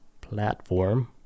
platform